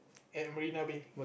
at Marina-Bay